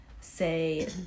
say